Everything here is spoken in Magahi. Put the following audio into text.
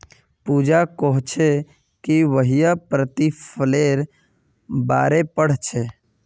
पूजा कोहछे कि वहियं प्रतिफलेर बारे पढ़ छे